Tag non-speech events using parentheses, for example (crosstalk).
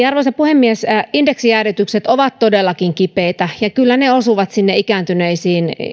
(unintelligible) arvoisa puhemies indeksijäädytykset ovat todellakin kipeitä ja kyllä ne osuvat sinne ikääntyneisiin